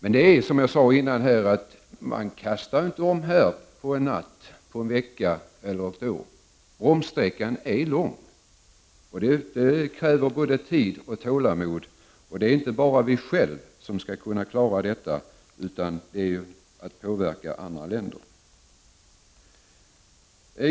men man kastar inte om, som jag sade tidigare, på en natt, en vecka eller ett år. Bromssträckan är lång, och det krävs både tid och tålamod. Det är inte bara vi själva som skall klara detta, utan vi måste också påverka andra länder.